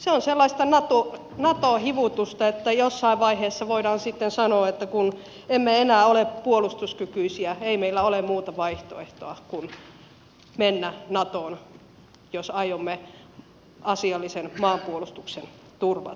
se on sellaista nato hivutusta että jossain vaiheessa voidaan sitten sanoa että kun emme enää ole puolustuskykyisiä ei meillä ole muuta vaihtoehtoa kuin mennä natoon jos aiomme asiallisen maanpuolustuksen turvata